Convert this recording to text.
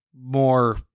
more